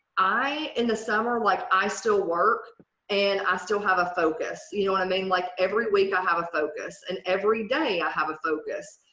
i in the summer like i still work and i still have a focus. you know what and i mean? like every week i have a focus and every day i have a focus.